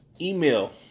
Email